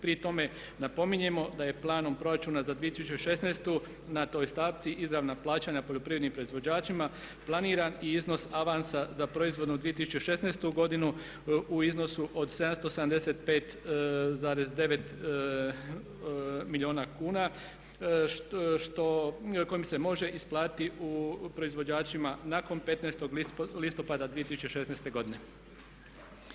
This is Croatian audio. Pri tome napominjemo da je planom proračuna za 2016. na toj stavci izravna plaćanja poljoprivrednim proizvođačima planiran i iznos avansa za proizvodnu 2016. godinu u iznosu od 775,9 milijuna kuna kojom se može isplatiti proizvođačima nakon 15. listopada 2016. godine.